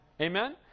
Amen